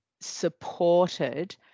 supported